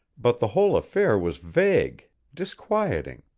but the whole affair was vague, disquieting.